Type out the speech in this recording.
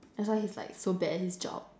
that's why he's like so bad at his job